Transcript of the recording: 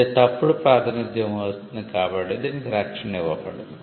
ఇది తప్పుడు ప్రాతినిధ్యం వహిస్తుంది కాబట్టి దీనికి రక్షణ ఇవ్వబడదు